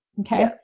Okay